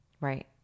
right